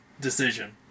decision